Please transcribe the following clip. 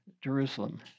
Jerusalem